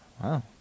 Wow